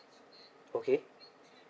okay